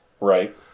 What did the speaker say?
Right